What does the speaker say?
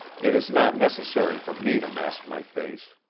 it is not necessary for me to mask my face!